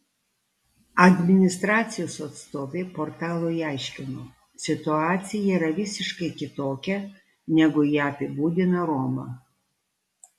administracijos atstovė portalui aiškino situacija yra visiškai kitokia negu ją apibūdina roma